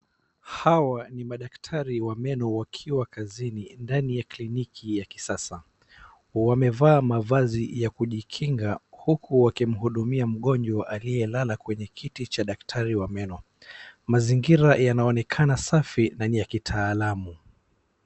Hawa ni madaktari wa meno wakiwa kazini ndani ya kliniki ya kisasa. Wamevaa mavazi ya kujikinga huku wakimhudumia mgonjwa aliyelala kwenye kiti cha daktari wa meno. Mazingira yanaonekana safi na ni ya kitaalamu.